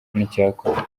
n’icyakorwa